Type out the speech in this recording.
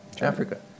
Africa